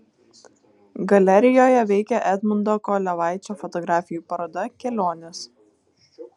galerijoje veikia edmundo kolevaičio fotografijų paroda kelionės